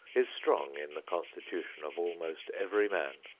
is strong in the constitution of almost every man.